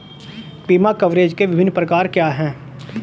बीमा कवरेज के विभिन्न प्रकार क्या हैं?